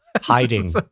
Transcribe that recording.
hiding